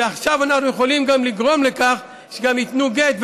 ועכשיו אנחנו יכולים גם לגרום לכך שהם ייתנו גט,